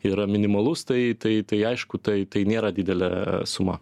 yra minimalus tai tai tai aišku tai tai nėra didelė suma